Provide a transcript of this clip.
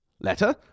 Letter